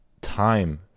time